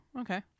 okay